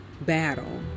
battle